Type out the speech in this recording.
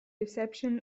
reception